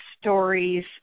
stories